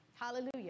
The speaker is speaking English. Hallelujah